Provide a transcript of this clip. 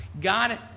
God